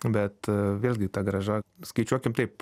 bet a vėlgi ta grąža skaičiuokim taip